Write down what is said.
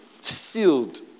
sealed